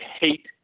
hate